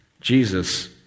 Jesus